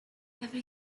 every